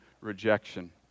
rejection